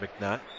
McNutt